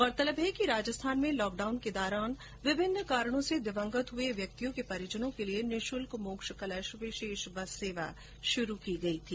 गौरतलब है कि राजस्थान में लॉकडाउन के दौरान विभिन्न कारणों से दिवंगत हुए व्यक्तियों के परिजनों के लिए निःशुल्क मोक्ष कलश विशेष बस सेवा शुरु की गई थी